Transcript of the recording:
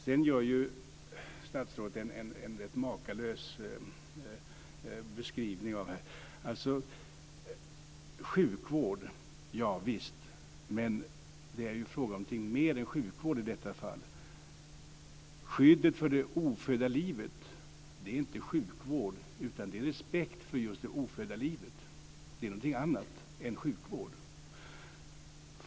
Sedan gör ju statsrådet en rätt makalös beskrivning av det här. Sjukvård - ja visst - men det är fråga om något mer än sjukvård i detta fall. Skyddet för det ofödda livet är inte sjukvård utan det är just respekt för det ofödda livet. Det är något annat än sjukvård.